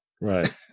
Right